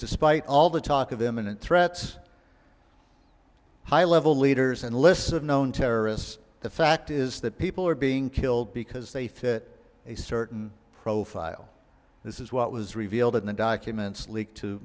despite all the talk of imminent threats high level leaders and lists of known terrorists the fact is that people are being killed because they fit a certain profile this is what was revealed in the documents leaked to